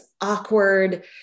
awkward